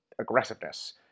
aggressiveness